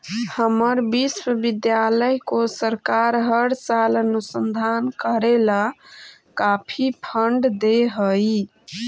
हमर विश्वविद्यालय को सरकार हर साल अनुसंधान करे ला काफी फंड दे हई